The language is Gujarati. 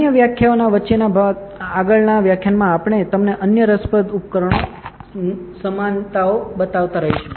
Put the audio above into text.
અન્ય વ્યાખ્યાનો વચ્ચેના આગળના વ્યાખ્યાનમાં આપણે તમને અન્ય રસપ્રદ ઉપકરણ સમાનતાઓ બતાવતા રહીશું